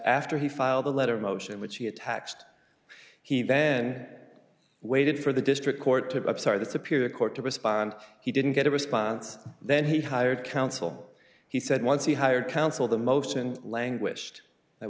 after he filed a letter motion which he attached he then waited for the district court to pop star the superior court to respond he didn't get a response then he hired counsel he said once he hired counsel the motion languished that